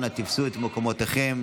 אנא תפסו את מקומותיכם.